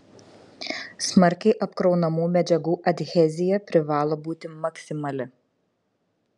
smarkiai apkraunamų medžiagų adhezija privalo būti maksimali